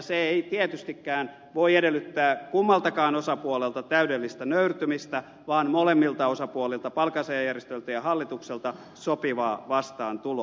se ei tietystikään voi edellyttää kummaltakaan osapuolelta täydellistä nöyrtymistä vaan molemmilta osapuolilta palkansaajajärjestöiltä ja hallitukselta sopivaa vastaantuloa